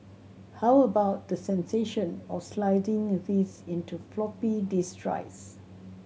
how about the sensation of sliding these into floppy disk drives